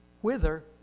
whither